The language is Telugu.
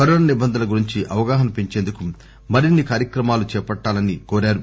కరోనా నిబంధనల గురించి అవగాహన పెంచేందుకు మరిన్సి కార్యక్రమాలు చేపట్టాలని చెప్పారు